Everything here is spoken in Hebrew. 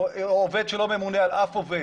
או עובד שלא ממונה על אף עובד,